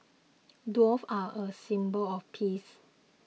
doves are a symbol of peace